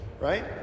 right